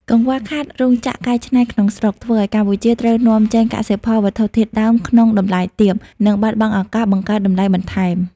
កង្វះខាតរោងចក្រកែច្នៃក្នុងស្រុក ធ្វើឱ្យកម្ពុជាត្រូវនាំចេញកសិផលវត្ថុធាតុដើមក្នុងតម្លៃទាប និងបាត់បង់ឱកាសបង្កើតតម្លៃបន្ថែម។